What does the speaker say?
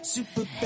Super